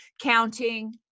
Counting